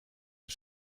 een